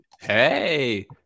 Hey